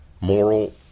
moral